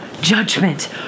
judgment